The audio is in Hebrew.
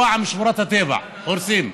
הפעם שמורת הטבע, והורסים.